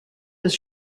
does